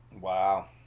Wow